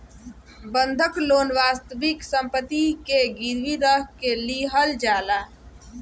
बंधक लोन वास्तविक सम्पति के गिरवी रख के लिहल जाला